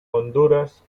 honduras